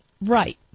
Right